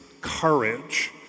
courage